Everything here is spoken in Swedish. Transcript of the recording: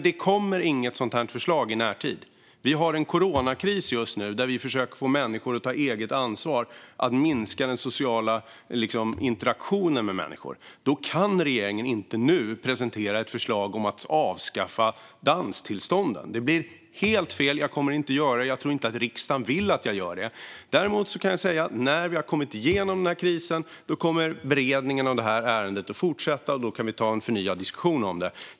Det kommer inte något sådant här förslag i närtid. Vi har just nu en coronakris och försöker få människor att ta eget ansvar för att minska den sociala interaktionen. Då kan regeringen inte presentera ett förslag om att avskaffa danstillstånden. Det blir helt fel. Jag kommer inte att göra det. Jag tror inte att riksdagen vill att jag gör det. Jag kan däremot säga att när vi har kommit igenom den här krisen kommer beredningen av ärendet att fortsätta, och då kan vi ta en förnyad diskussion.